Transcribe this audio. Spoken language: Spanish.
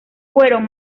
fueron